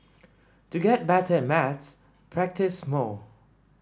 to get better at maths practise more